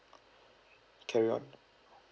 carry on